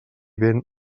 ben